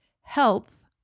health